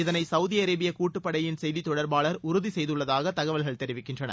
இதனை Saudi Arabia கூட்டுப்படையின் செய்தித் தொடர்பாளர் உறுதி செய்துள்ளதாக தகவல்கள் தெரிவிக்கின்றன